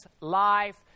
life